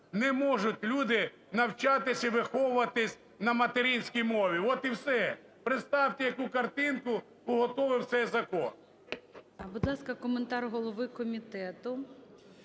не можуть люди навчатись і виховуватись на материнській мові. От і все. Уявіть, яку картинку уготовив цей закон. ГОЛОВУЮЧИЙ. Будь ласка, коментар голови комітету.